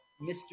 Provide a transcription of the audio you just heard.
Mr